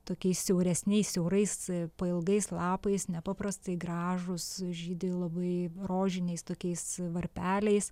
tokiais siauresniais siaurais pailgais lapais nepaprastai gražūs žydi labai rožiniais tokiais varpeliais